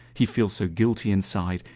he feel so guilty inside,